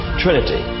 trinity